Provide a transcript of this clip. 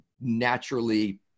naturally